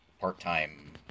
part-time